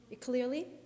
clearly